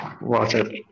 Water